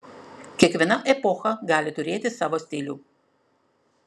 kiekviena epocha gali turėti savo stilių